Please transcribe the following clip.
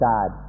God